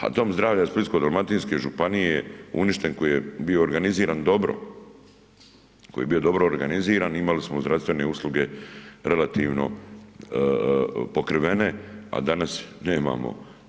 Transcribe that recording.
A Dom zdravlja Splitsko-dalmatinske županije je uništen koji je bio organiziran dobro, koji je bio dobro organiziran i imali smo zdravstvene usluge relativno pokrivene a danas nemamo.